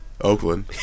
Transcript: Oakland